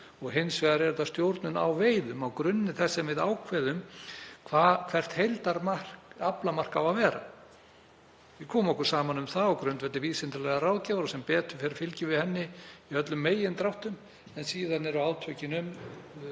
og hins vegar er þetta stjórnun á veiðum á grunni þess sem við ákveðum hvert heildaraflamark á að vera. Við komum okkur saman um það á grundvelli vísindalegrar ráðgjafar og sem betur fer fylgjum við henni í öllum megindráttum. Síðan eru átökin um